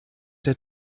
der